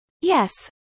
Yes